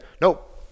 nope